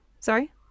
Sorry